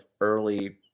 early